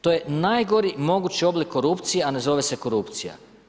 To je najgori mogući oblik korupcije, a ne zove se korupcija.